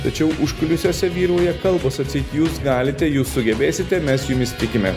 tačiau užkulisiuose vyrauja kalbos atseit jūs galite jūs sugebėsite mes jumis tikime